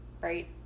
right